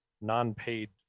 non-paid